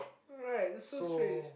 right that's so strange